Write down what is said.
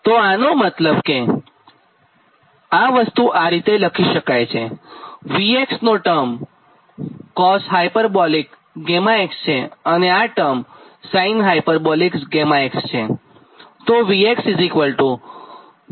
તો આનો મતલબ આ વસ્તું આ રીતે લખી શકાય છે કે V નો આ ટર્મ cos હાયપરબોલિક 𝛾𝑥 છે અને આ ટર્મ sin હાયપરબોલિક 𝛾𝑥 છે